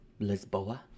Lisboa